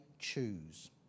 choose